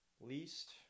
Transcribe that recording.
least